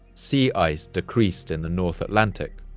sea ice decreased in the north atlantic,